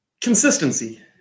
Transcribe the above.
Consistency